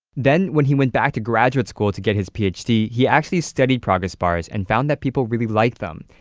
then when he went back to graduate school to get his phd, he he actually studied progress bars and found that people really liked them.